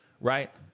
right